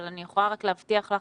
אבל אני יכולה רק להבטיח לך,